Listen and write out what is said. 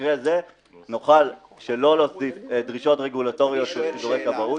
במקרה זה נוכל שלא להוסיף דרישות רגולטוריות של סידורי כבאות.